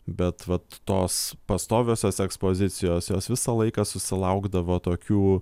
bet vat tos pastoviosios ekspozicijos jos visą laiką susilaukdavo tokių